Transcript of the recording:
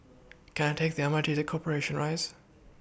Can I Take The M R T to Corporation Rise